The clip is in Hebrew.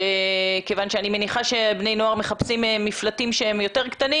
שאני מניחה שבני הנוער מחפשים מפלטים שהם יותר קטנים